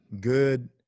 good